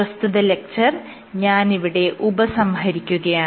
പ്രസ്തുത ലെക്ച്ചർ ഞാനിവിടെ ഉപസംഹരിക്കുകയാണ്